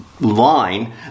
Line